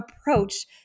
approach